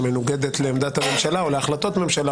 שמנוגדת לעמדת הממשלה ולהחלטות הממשלה,